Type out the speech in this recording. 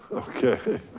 okay.